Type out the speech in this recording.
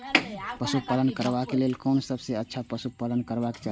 पशु पालन करबाक लेल कोन सबसँ अच्छा पशु पालन करबाक चाही?